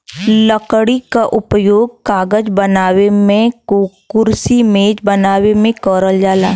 लकड़ी क उपयोग कागज बनावे मेंकुरसी मेज बनावे में करल जाला